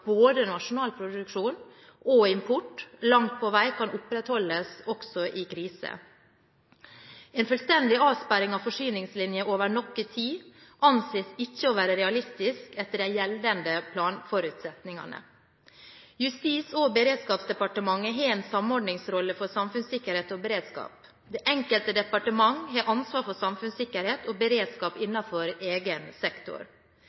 nasjonal produksjon og import langt på vei kan opprettholdes også i kriser. En fullstendig avsperring av forsyningslinjer over noe tid anses ikke å være realistisk etter de gjeldende planforutsetningene. Justis- og beredskapsdepartementet har en samordningsrolle for samfunnssikkerhet og beredskap. Det enkelte departementet har ansvar for samfunnssikkerhet og beredskap innenfor egen sektor.